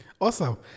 Awesome